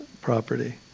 property